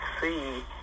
see